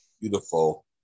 beautiful